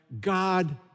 God